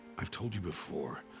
i've told you before.